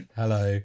hello